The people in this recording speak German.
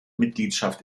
mitgliedschaft